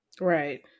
Right